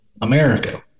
america